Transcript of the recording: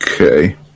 Okay